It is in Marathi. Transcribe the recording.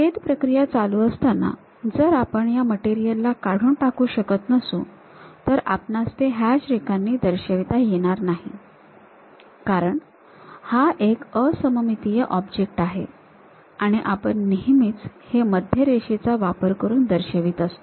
छेद प्रक्रिया चालू असताना जर आपण या मटेरियल ला काढून टाकू शकत नसू तर आपणास ते हॅच रेखांनी दर्शविता येणार नाही कारण हा एक असममितीय ऑब्जेक्ट आहे आणि आपण नेहमीच हे मध्यरेषेचा वापर करून दर्शवत असतो